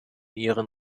ihren